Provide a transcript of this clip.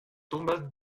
tumbas